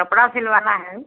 कपड़ा सिलवाना है